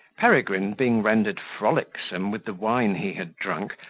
peregrine, being rendered frolicsome with the wine he had drunk,